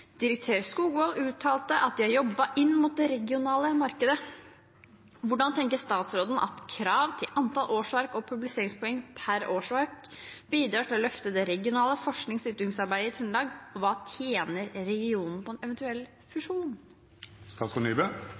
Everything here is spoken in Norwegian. Direktør Skogvold uttaler at de har jobba inn mot det regionale markedet. Hvordan tenker statsråden at krav til antall årsverk og publiseringspoeng per årsverk bidrar til å løfte det regionale forsknings- og utviklingsarbeidet i Trøndelag, og hva tjener regionen på en eventuell